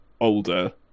older